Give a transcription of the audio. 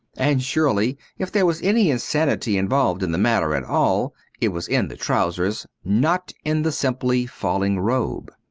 and surely if there was any insanity involved in the matter at all it was in the trousers, not in the simply falling robe.